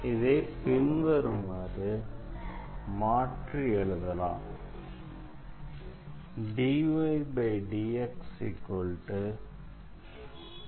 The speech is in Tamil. இதை பின்வருமாறு மாற்றி எழுதலாம்